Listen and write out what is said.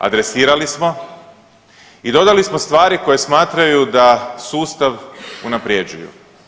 Adresirali smo i dodali smo stvari koje smatraju da sustav unapređuju.